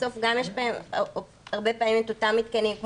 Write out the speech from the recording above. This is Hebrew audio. בסוף גם יש בהם את אותם מתקנים,